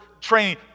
training